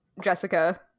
Jessica